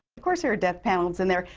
of course there are death panels in there,